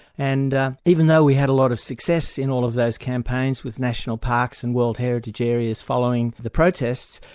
and even though we had a lot of success in all of those campaigns, with national parks and world heritage areas following the protests,